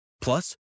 Plus